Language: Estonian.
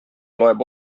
loeb